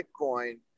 Bitcoin